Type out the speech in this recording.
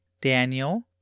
Daniel